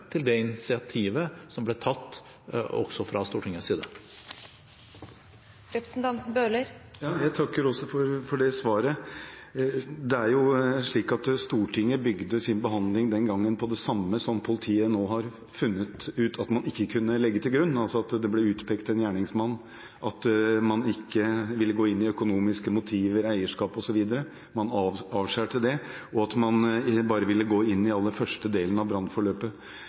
til det initiativet som ble tatt fra Stortingets side. Jeg takker for også det svaret. Det er slik at Stortinget bygde sin behandling den gangen på det samme som politiet nå har funnet ut at man ikke kunne legge til grunn, altså at det ble utpekt en gjerningsmann, at man ikke ville gå inn i økonomiske motiver, eierskap osv. – man avskar det – og at man bare ville gå inn i den aller første delen av brannforløpet.